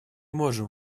можем